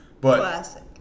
Classic